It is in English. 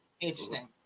Interesting